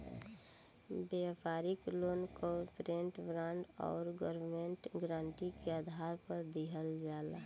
व्यापारिक loan corporate bond आउर government guarantee के आधार पर दिहल जाला